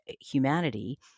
humanity